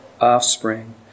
offspring